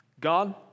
God